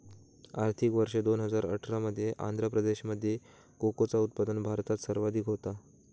आर्थिक वर्ष दोन हजार अठरा मध्ये आंध्र प्रदेशामध्ये कोकोचा उत्पादन भारतात सर्वाधिक होता